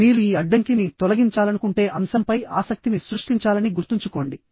మీరు ఈ అడ్డంకిని తొలగించాలనుకుంటే అంశంపై ఆసక్తిని సృష్టించాలని గుర్తుంచుకోండి